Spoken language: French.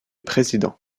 président